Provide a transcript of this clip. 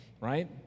right